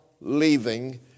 leaving